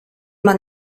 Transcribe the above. man